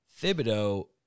Thibodeau